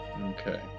Okay